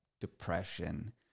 depression